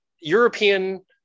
European